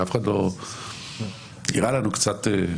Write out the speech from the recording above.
זה קצת נראה לנו לא נכון.